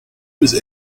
was